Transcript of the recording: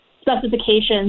specifications